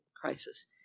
crisis